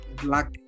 black